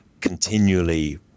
continually